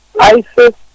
ISIS